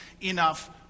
enough